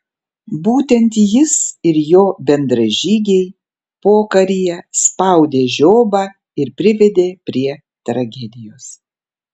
būtent jis ir jo bendražygiai pokaryje spaudė žiobą ir privedė prie tragedijos